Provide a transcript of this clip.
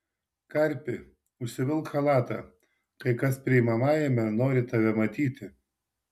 karpi užsivilk chalatą kai kas priimamajame nori tave matyti